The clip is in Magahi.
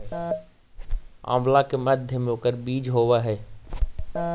आंवला के मध्य में ओकर बीज होवअ हई